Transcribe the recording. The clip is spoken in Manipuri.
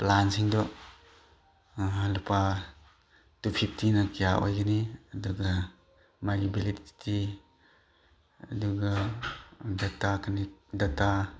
ꯄ꯭ꯂꯥꯟꯁꯤꯡꯗꯣ ꯂꯨꯄꯥ ꯇꯨ ꯐꯤꯞꯇꯤꯅ ꯀꯌꯥ ꯑꯣꯏꯒꯅꯤ ꯑꯗꯨꯒ ꯃꯥꯒꯤ ꯚꯦꯂꯤꯗꯤꯇꯤ ꯑꯗꯨꯒ ꯗꯇꯥ ꯗꯇꯥ